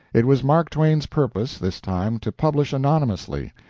it was mark twain's purpose, this time, to publish anonymously.